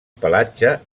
pelatge